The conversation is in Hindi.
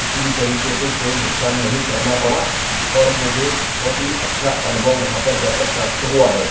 किसी भी तरीके से कोई भुगतान नहीं करना पड़ा और मुझे बहुत ही अच्छा अनुभव वहाँ पर जाकर प्राप्त हुआ है